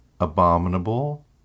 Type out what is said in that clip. abominable